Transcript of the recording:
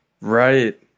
Right